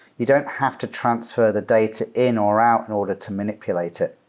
you don't have to transfer the data in or out in order to manipulate it.